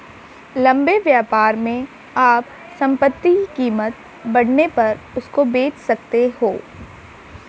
लंबे व्यापार में आप संपत्ति की कीमत बढ़ने पर उसको बेच सकते हो